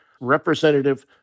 Representative